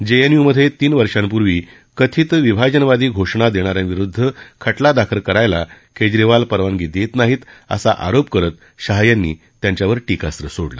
जेएनयूमधे तीन वर्षापूर्वी कथित विभाजनवादी घोषणा देणा यांविरुद्ध खटला दाखल करायला केजरीवाल परवानगी देत नाहीत असा आरोप करत शहा यांनी त्यांच्यावर टीकास्त्र सोडलं